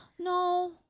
No